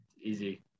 easy